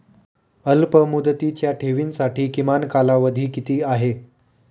अल्पमुदतीच्या ठेवींसाठी किमान कालावधी किती आहे?